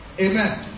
Amen